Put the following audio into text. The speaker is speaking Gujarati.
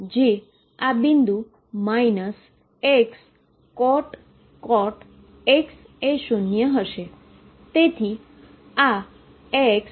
જે આ બિંદુ Xcot X એ શુન્ય હશે